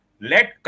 let